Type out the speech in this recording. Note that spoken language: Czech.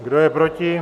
Kdo je proti?